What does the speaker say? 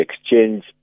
exchange